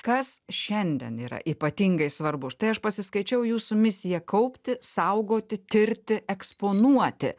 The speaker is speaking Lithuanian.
kas šiandien yra ypatingai svarbu štai aš pasiskaičiau jūsų misija kaupti saugoti tirti eksponuoti